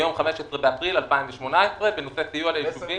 מיום 15 באפריל 2018 בנושא סיוע ליישובים